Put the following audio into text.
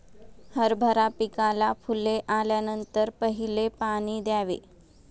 हरभरा पिकाला फुले आल्यानंतर पहिले पाणी द्यावे